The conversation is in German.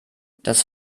das